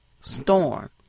storm